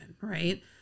Right